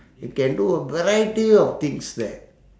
you can do a variety of things there